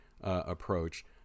approach